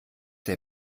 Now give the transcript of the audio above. der